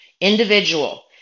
individual